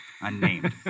unnamed